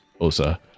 Osa